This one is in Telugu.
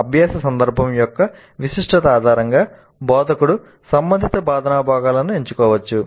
అభ్యాస సందర్భం యొక్క విశిష్టత ఆధారంగా బోధకుడు సంబంధిత బోధనా భాగాలను ఎంచుకోవచ్చు